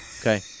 Okay